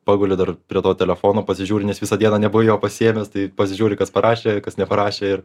paguli dar prie to telefono pasižiūri nes visą dieną nebuvai jo pasiėmęs tai pasižiūri kas parašė kas neparašė ir